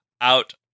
out